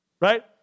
right